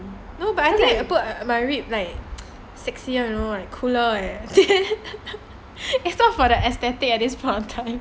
no but I think I put at my rib like sexier leh you know cooler eh it's all for the aesthetic at this point of time